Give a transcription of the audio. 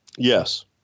yes